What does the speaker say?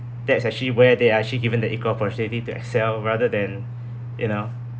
that's actually where they are actually given the equal opportunity to excel rather than you know